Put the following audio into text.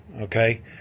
okay